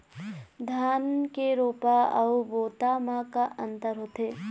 धन के रोपा अऊ बोता म का अंतर होथे?